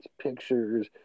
pictures